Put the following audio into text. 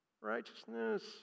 righteousness